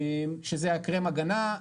שזה קרם הגנה,